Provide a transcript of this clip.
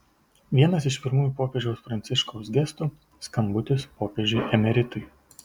vienas iš pirmųjų popiežiaus pranciškaus gestų skambutis popiežiui emeritui